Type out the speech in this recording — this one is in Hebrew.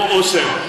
כמו אסם.